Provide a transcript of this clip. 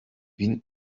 bin